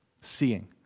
seeing